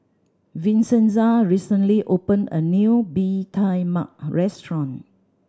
Vincenza recently opened a new Bee Tai Mak restaurant